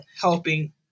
helping